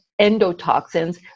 endotoxins